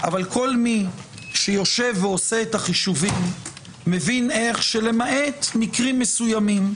אבל כל מי שיושב ועושה את החישובים מבין איך שלמעט מקרים מסוימים,